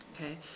Okay